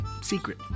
secret